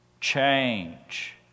Change